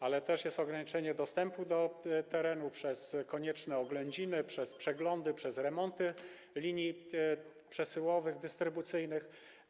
Ale też jest ograniczenie dostępu do terenu przez konieczne oględziny, przeglądy, remonty linii przesyłowych, dystrybucyjnych.